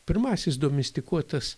pirmasis domestikuotas